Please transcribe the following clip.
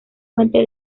fuentes